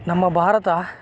ನಮ್ಮ ಭಾರತ